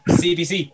cbc